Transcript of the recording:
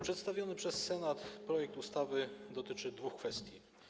Przedstawiony przez Senat projekt ustawy dotyczy dwóch kwestii.